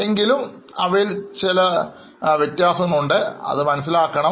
ഇപ്പോൾ സ്റ്റോക്കുകളിൽ എന്തെങ്കിലും മാറ്റം ഉണ്ടെങ്കിൽ അത് കാണിക്കും